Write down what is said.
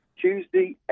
tuesday